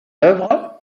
œuvres